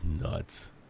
Nuts